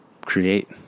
create